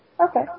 Okay